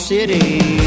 City